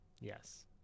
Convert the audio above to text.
Yes